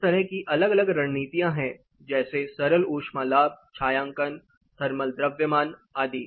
इस तरह की अलग अलग रणनीतियाँ हैं जैसे सरल ऊष्मा लाभ छायांकन थर्मल द्रव्यमान आदि